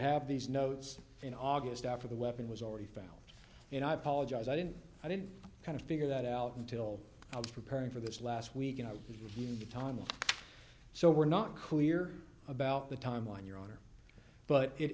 have these notes in august after the weapon was already found and i apologize i didn't i didn't kind of figure that out until i was preparing for this last week you know the timing so we're not clear about the timeline your honor but